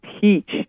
teach